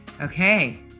Okay